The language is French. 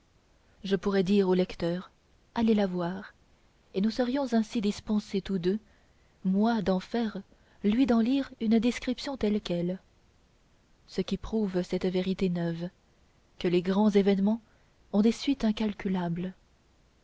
je pourrais dire au lecteur allez la voir et nous serions ainsi dispensés tous deux moi d'en faire lui d'en lire une description telle quelle ce qui prouve cette vérité neuve que les grands événements ont des suites incalculables